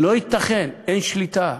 לא ייתכן, אין שליטה.